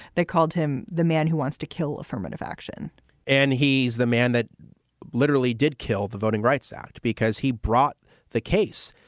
they called him the man who wants to kill affirmative action and he's the man that literally did kill the voting rights act because he brought the case,